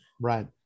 Right